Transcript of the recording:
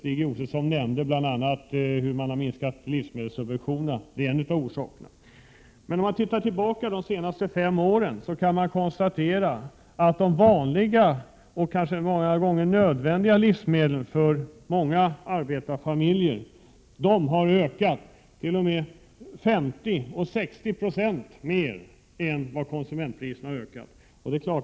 Stig Josefson nämnde bl.a. att en av orsakerna är minskningen av livsmedelssubventionerna. Om man ser tillbaka på den senaste femårsperioden kan man konstatera att de för många arbetarfamiljer nödvändiga livsmedlen har ökat med 50-60 20 mer än konsumentpriserna i övrigt.